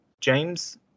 James